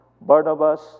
Barnabas